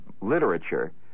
literature